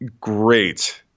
great